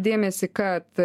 dėmesį kad